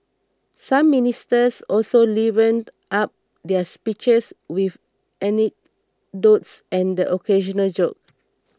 some ministers also livened up their speeches with anecdotes and the occasional joke